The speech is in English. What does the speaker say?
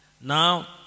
Now